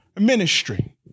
ministry